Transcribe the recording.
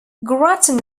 grattan